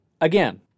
again